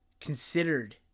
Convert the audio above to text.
considered